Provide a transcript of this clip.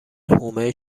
حومه